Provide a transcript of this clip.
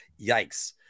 yikes